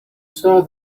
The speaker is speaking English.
saw